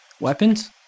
Weapons